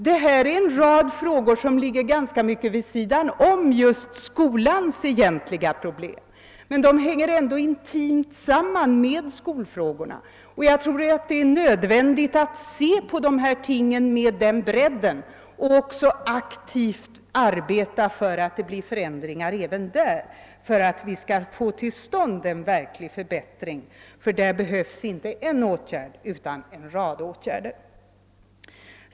Detta är en rad frågor som ligger ganska mycket vid sidan om skolans egentliga problem, men de hänger ändå intimt samman med skolfrågorna. Och jag tror det är nödvändigt att se på dessa ting med den bredden och att också aktivt arbeta för att det blir förändringar även där, så att vi får till stånd en verklig förbättring. Härvidlag behövs inte en åtgärd utan en rad åtgärder.